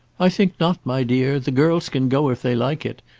i think not, my dear. the girls can go if they like it.